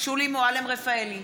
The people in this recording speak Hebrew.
שולי מועלם-רפאלי,